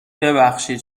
ببخشید